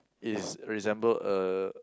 is resembled a